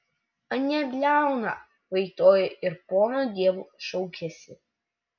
anie bliauna vaitoja ir pono dievo šaukiasi